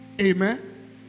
amen